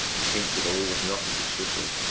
and hint that all was not as it should be,